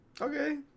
Okay